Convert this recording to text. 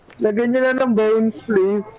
like and lead them to